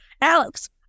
Alex